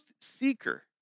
seeker